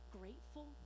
grateful